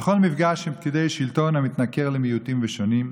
בכל מפגש עם פקידי שלטון המתנכר למיעוטים ושונים.